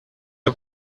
her